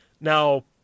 Now